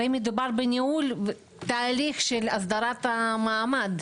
הרי אם מדובר בניהול, תהליך הסדרת המעמד.